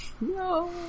No